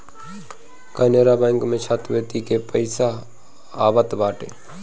Canara bank में छात्रवृत्ति के पईसा आवत बाटे